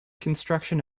construction